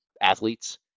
athletes